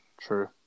True